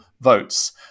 votes